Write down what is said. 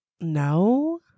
No